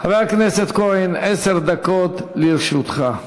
חבר הכנסת כהן, עשר דקות לרשותך.